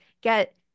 get